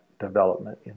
development